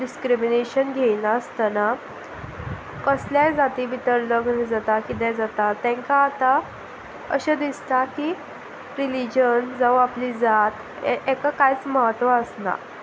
discrimination घेयनासतना कसल्याय जाती भितर लग्न जाता कितें जाता तांकां आतां अशें दिसता की रिलीजन जावं आपली जात हाका कांयच म्हत्व आसना